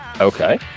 okay